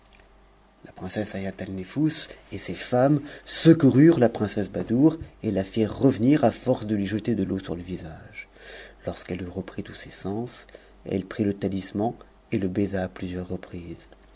la princesse haïatalnetbus et ses femmes secoururent la princesse badoure et la firent revenir à force de lui jeter de l'eau sur le visage lorsqu'elle eut repris tous ses sens elle prit le talisman et le baisa à ph sieurs reprises